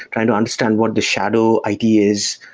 trying to understand what the shadow id is,